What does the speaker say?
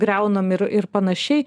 griaunam ir ir panašiai